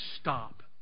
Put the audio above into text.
stop